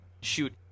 shoot